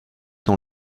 dans